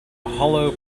hollow